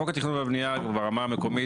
חוק התכנון והבנייה ברמה המקומית,